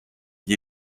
gli